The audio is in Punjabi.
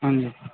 ਹਾਂਜੀ